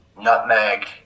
nutmeg